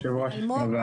שלא